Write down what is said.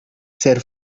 ser